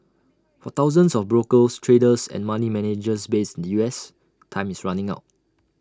for thousands of brokers traders and money managers based in the us time is running out